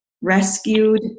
rescued